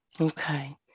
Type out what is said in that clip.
Okay